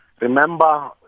Remember